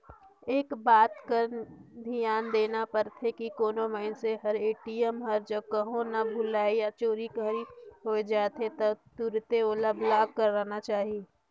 एक बात कर धियान देना परथे की कोनो मइनसे हर ए.टी.एम हर कहों ल भूलाए या चोरी घरी होए जाथे त तुरते ओला ब्लॉक कराना चाही